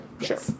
sure